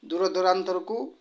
ଦୂରଦୂରାନ୍ତରକୁ